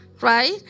right